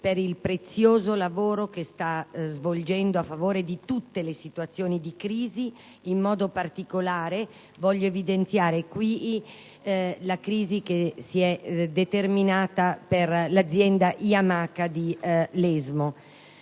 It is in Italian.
per il prezioso lavoro che sta svolgendo per la soluzione di tutte le situazioni di crisi. In particolare, desidero evidenziare in questa sede la crisi che si è determinata per l'azienda Yamaha di Lesmo.